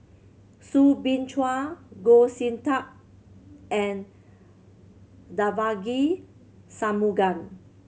Soo Bin Chua Goh Sin Tub and Devagi Sanmugam